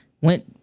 Went